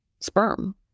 sperm